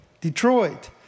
Detroit